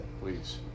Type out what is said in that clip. please